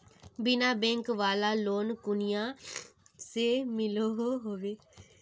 बिना बैंक वाला लोन कुनियाँ से मिलोहो होबे?